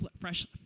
fresh